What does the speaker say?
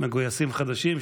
מגויסים חדשים,